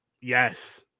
Yes